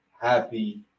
happy